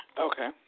Okay